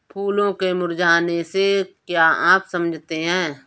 फूलों के मुरझाने से क्या आप समझते हैं?